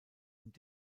und